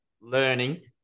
learning